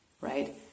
right